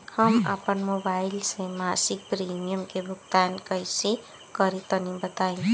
हम आपन मोबाइल से मासिक प्रीमियम के भुगतान कइसे करि तनि बताई?